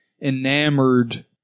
enamored